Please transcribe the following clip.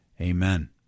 Amen